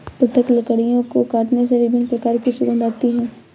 पृथक लकड़ियों को काटने से विभिन्न प्रकार की सुगंध आती है